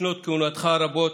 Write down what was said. בשנות כהונתך הרבות,